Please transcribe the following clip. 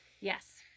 Yes